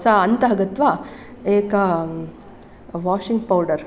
सा अन्तः गत्वा एकं वाषिङ्ग् पौडर्